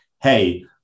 hey